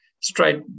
straight